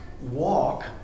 walk